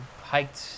hiked